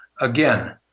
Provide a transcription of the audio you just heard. again